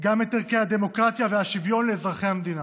גם את ערכי הדמוקרטיה והשוויון לאזרחי המדינה.